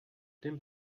dem